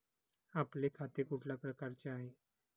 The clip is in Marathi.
आपले खाते कुठल्या प्रकारचे आहे?